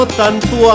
tanto